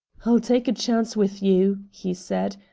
i'll take a chance with you, he said,